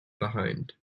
behind